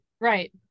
Right